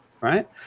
right